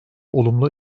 olumlu